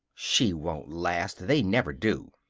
she won't last! they never do.